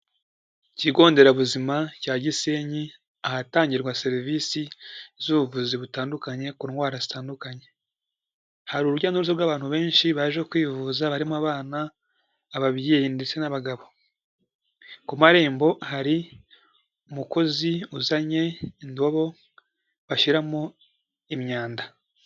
Ikigo nderabuzima cya Gisenyi, ahatangirwa serivisi z'ubuvuzi butandukanye, ku ndwara zitandukanye. Hari ururya n'uruza bw'abantu benshi baje kwivuza barimo abana, ababyeyi ndetse n'abagabo. ku marembo hari, umukozi uzanye indobo, bashyiramo imyanda.